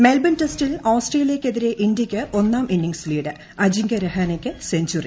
Melbourne ടെസ്റ്റിൽ ഓസ്ട്രേലിയയ്ക്കെതിരെ ഇന്ത്യയ്ക്ക് ഒന്നാം ഇന്നിംഗ്സ് ലീഡ് അജിങ്കൃ രെഹാനയ്ക്ക് സെ ഞ്ചുറി